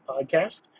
podcast